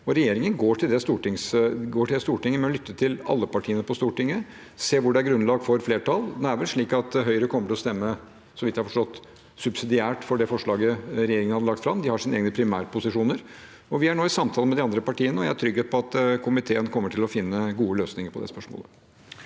Regje ringen går til Stortinget ved å lytte til alle partiene på Stortinget for å se hvor det er grunnlag for flertall. Det er vel slik at Høyre, så vidt jeg har forstått, kommer til å stemme subsidiært for det forslaget regjeringen hadde lagt fram. De har sine egne primærposisjoner. Vi er nå i samtaler med de andre partiene, og jeg er trygg på at komiteen kommer til å finne gode løsninger på det spørsmålet.